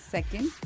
Second